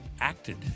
acted